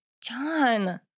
John